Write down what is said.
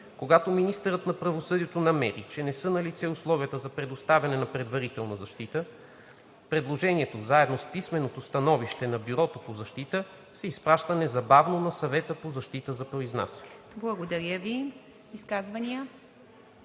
Когато министърът на правосъдието намери, че не са налице условията за предоставяне на предварителна защита, предложението заедно с писменото становище на Бюрото по защита се изпраща незабавно на Съвета по защита за произнасяне.“